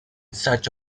search